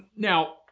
Now